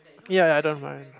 ya ya I don't mind